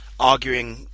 arguing